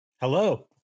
Hello